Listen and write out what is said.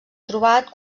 trobat